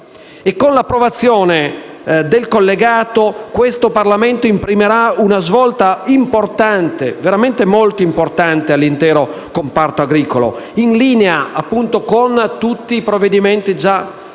6 Luglio 2016 questo Parlamento imprimerà una svolta importante, veramente molto importante, all’intero comparto agricolo, in linea con tutti i provvedimenti già compiuti